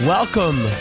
Welcome